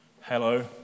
Hello